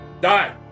die